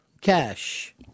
cash